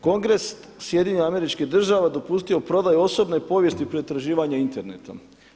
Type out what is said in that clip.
Kongres Sjedinjenih Američkih Država dopustio prodaju osobne povijesti pretraživanja Internetom.